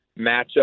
matchup